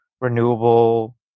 renewable